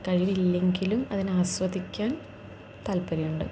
കഴിവില്ലെങ്കിലും അതിനെ ആസ്വദിക്കാൻ താത്പര്യമുണ്ട്